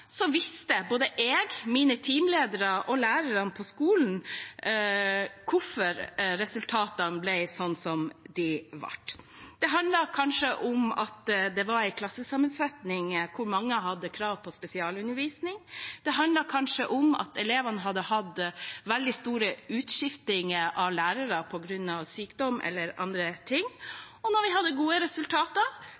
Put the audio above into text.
visste både jeg, mine teamledere og lærerne på skolen hvorfor resultatene ble sånn som de ble. Det handlet kanskje om en klassesammensetning hvor mange hadde krav på spesialundervisning. Det handlet kanskje om at elevene hadde hatt veldig stor utskifting av lærere på grunn av sykdom, eller andre ting.